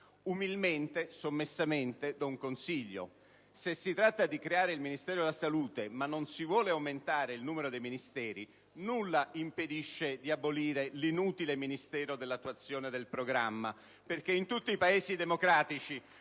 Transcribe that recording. Umilmente e sommessamente do un consiglio: se si tratta di creare il Ministero della salute ma non si vuole aumentare il numero dei Ministeri, nulla impedisce di abolire l'inutile Ministero per l'attuazione del programma *(Applausi dal Gruppo PD)*, perché in tutti i Paesi democratici